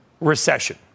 recession